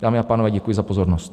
Dámy a pánové, děkuji za pozornost.